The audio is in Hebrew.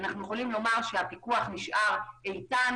אנחנו יכולים לומר שהפיקוח נשאר איתן